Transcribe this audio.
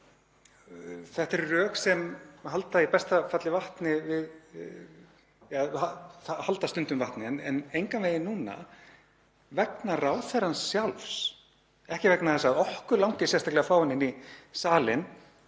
Þetta eru rök sem halda stundum vatni en engan veginn núna, vegna ráðherrans sjálfs. Ekki vegna þess að okkur langi sérstaklega að fá hann inn í salinn,